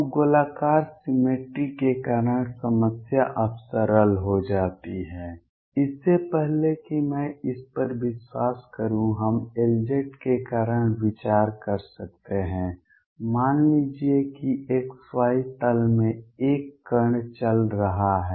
तो गोलाकार सिमेट्रि के कारण समस्या अब सरल हो जाती है इससे पहले कि मैं इस पर विश्वास करूं हम Lz के कारण विचार कर सकते हैं मान लीजिए कि x y तल में एक कण चल रहा है